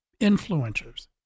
influencers